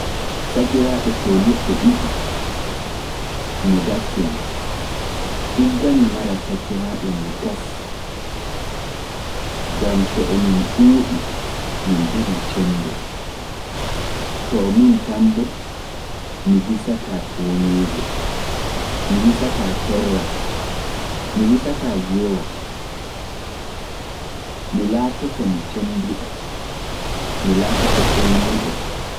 Sakiraaɓe teemeɗɗe ɗiɗi nogas kenan, igga mi mara sakiraaɓe nogas, gam to mintan, mi laatoto mi cemmbiɗa, mi latoto mi hisataa, mi wartai ɗelmuɗo.